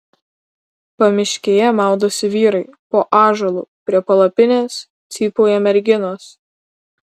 pamiškėje maudosi vyrai po ąžuolu prie palapinės cypauja merginos